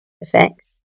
effects